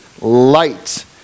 light